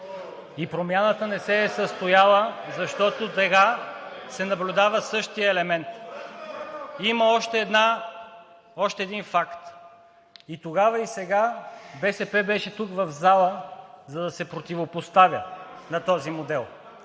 И промяната не се е състояла, защото сега се наблюдава същият елемент. (Реплики от ДПС.) Има още един факт – и тогава, и сега, БСП беше тук, в залата, за да се противопоставя на този модел.